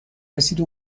رسیدی